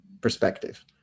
perspective